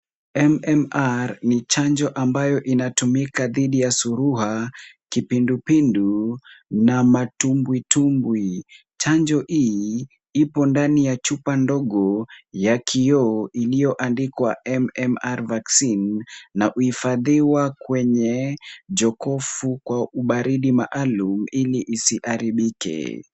MMR ni chanjo ambayo inatumika dhidi ya surua, kipindupindu na matumbwitumbwi. Chanjo hii iko ndani ya chupa ndogo ya kioo iliyoandikwa MMR Vaccine na huifadhiwa kwenye jokofu kwa ubaridi maalum ili isiharibike.